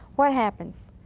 what happens?